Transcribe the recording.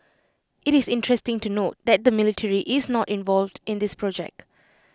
IT is interesting to note that the military is not involved in this project